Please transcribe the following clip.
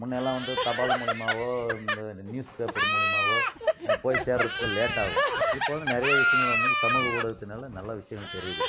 முன்னேலாம் வந்து தபால் மூலிமாவோ இந்த நியூஸ் பேப்பர் மூலிமாவோ போய் சேர்றதுக்கு லேட்டாகும் இப்போது நிறைய விஷயங்கள் வந்து சமூக ஊடகத்தினால் நல்லா விஷயம் தெரியுது